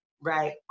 Right